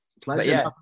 Pleasure